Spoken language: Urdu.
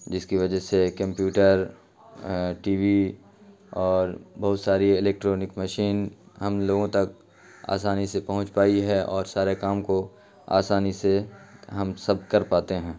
جس کی وجہ سے کمپیوٹر ٹی وی اور بہت ساری الیکٹرانک مشین ہم لوگوں تک آسانی سے پہنچ پائی ہے اور سارے کام کو آسانی سے ہم سب کر پاتے ہیں